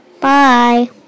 Bye